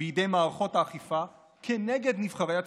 בידי מערכות האכיפה כנגד נבחרי הציבור,